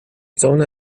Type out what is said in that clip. zone